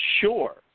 sure